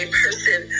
person